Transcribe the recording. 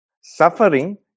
suffering